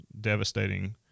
devastating